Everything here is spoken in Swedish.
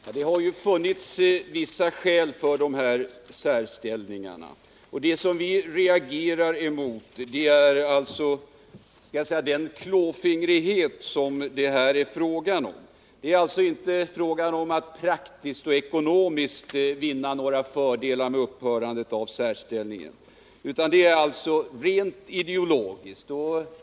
Fru talman! Det har ju funnits vissa skäl för dessa särställningar. Det som vi reagerar emot är den klåfingrighet som det här är fråga om. Det är alltså inte fråga om att praktiskt och ekonomiskt vinna några fördelar med att ta bort denna särställning, utan det hela har en rent ideologisk grund.